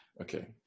okay